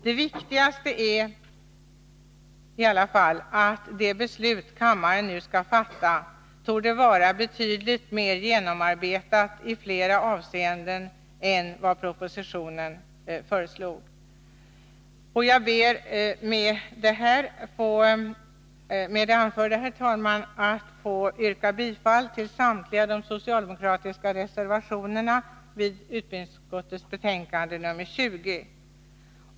Det viktigaste är dock att det beslut kammaren nu skall fatta torde vara betydligt mer genomarbetat i flera avseenden än propositionen. Jag ber, herr talman, att med det anförda få yrka bifall till samtliga socialdemokratiska reservationer vid utbildningsutskottets betänkande nr 20.